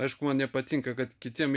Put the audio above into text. aišku man nepatinka kad kitiem